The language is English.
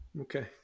okay